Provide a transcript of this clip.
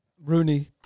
Rooney